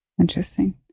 Interesting